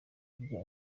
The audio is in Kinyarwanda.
rya